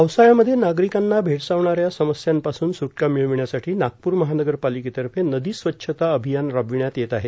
पावसाळ्यामध्ये नागरिकांना भेडसावणा या समस्यांपासून सुटका मिळविण्यासाठी नागपूर महानगरपालिकेतर्फे नदी स्वच्छता अभियान राबविण्यात येत आहे